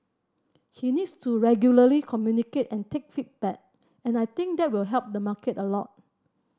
he needs to regularly communicate and take feedback and I think that will help the market a lot